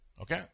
Okay